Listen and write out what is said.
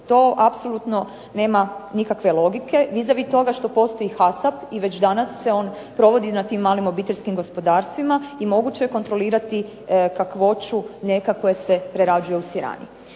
To apsolutno nema nikakve logike, vis a vis toga što postoji HASAP i već danas se on provodi na tim malim obiteljskim gospodarstvima i moguće je kontrolirati kakvoću mlijeka koje se prerađuje u sirani.